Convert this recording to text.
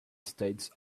states